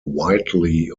widely